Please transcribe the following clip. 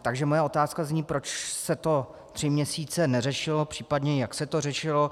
Takže moje otázka zní, proč se to tři měsíce neřešilo, případně jak se to řešilo.